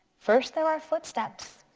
first there are footsteps.